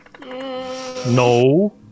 No